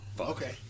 Okay